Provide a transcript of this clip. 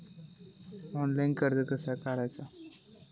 Online कर्ज कसा करायचा?